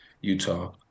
Utah